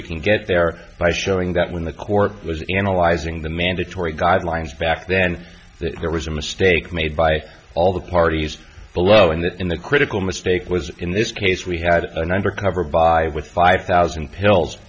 we can get there by showing that when the court was analyzing the mandatory guidelines back then there was a mistake made by all the parties below and that in the critical mistake was in this case we had an undercover buy with five thousand pills